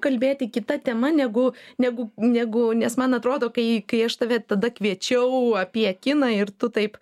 kalbėti kita tema negu negu negu nes man atrodo kai kai aš tave tada kviečiau apie kiną ir tu taip